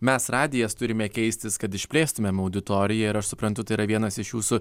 mes radijas turime keistis kad išplėstumėm auditoriją ir aš suprantu tai yra vienas iš jūsų